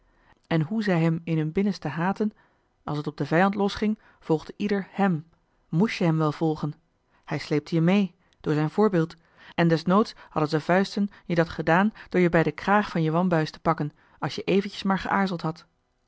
en hoe zij hem in hun binnenste haatten als t op den vijand losging volgde ieder hèm moest je hem wel volgen hij sleepte je mee door zijn voorbeeld en desnoods hadden z'n vuisten je dat gedaan door je bij den kraag van je wambuis te pakken als je eventjes maar geaarzeld had